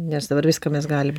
nes dabar viską mes galim